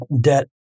debt